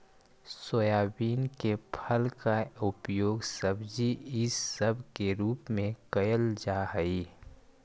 soybean के फल के उपयोग सब्जी इसब के रूप में कयल जा हई